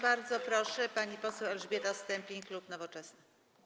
Bardzo proszę, pani poseł Elżbieta Stępień, klub Nowoczesna.